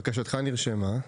בקשתך נרשמה.